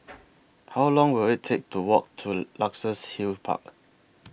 How Long Will IT Take to Walk to Luxus Hill Park